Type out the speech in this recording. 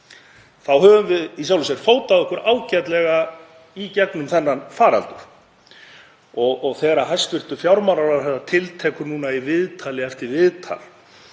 höfum við í sjálfu sér fótað okkur ágætlega í gegnum þennan faraldur. Þegar hæstv. fjármálaráðherra tiltekur núna í viðtali eftir viðtali